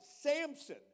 Samson